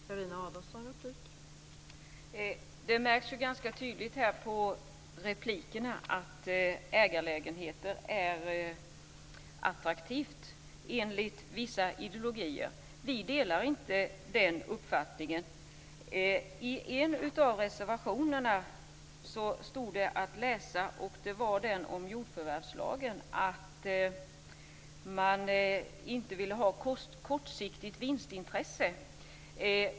Fru talman! Det märks ganska tydligt på replikerna här att det är attraktivt med ägarlägenheter enligt vissa ideologier. Vi delar inte den uppfattningen. I en av reservationerna, om jordförvärvslagen, stod det att läsa att man inte vill ha kortsiktigt vinstintresse.